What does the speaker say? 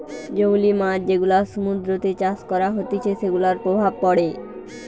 জংলী মাছ যেগুলা সমুদ্রতে চাষ করা হতিছে সেগুলার প্রভাব পড়ে